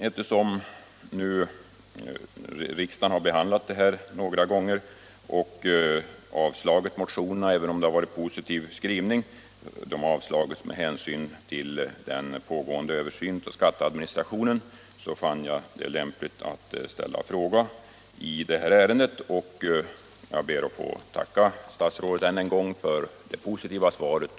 Eftersom riksdagen har behandlat den här frågan några gånger och, även om utskottet har haft en positiv skrivning, avslagit motionerna med hänvisning till den pågående översynen av skatteadministrationen fann jag det lämpligt att ställa en fråga i ärendet. Jag ber att få tacka statsrådet än en gång för det positiva svaret.